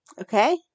Okay